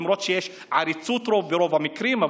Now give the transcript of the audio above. למרות העריצות שיש רוב ברוב המקרים.